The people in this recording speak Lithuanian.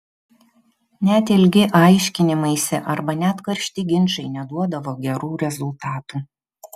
net ilgi aiškinimaisi arba net karšti ginčai neduodavo gerų rezultatų